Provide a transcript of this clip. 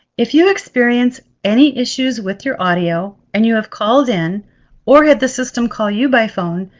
if you experience any issues with your audio and you have called in or had the system call you by phone,